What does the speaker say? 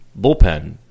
bullpen